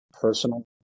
personal